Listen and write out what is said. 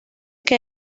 que